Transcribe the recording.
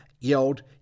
yelled